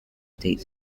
state